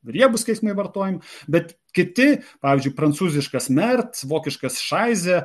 riebūs keiksmai vartojami bet kiti pavyzdžiui prancūziškas merd vokiškas šaize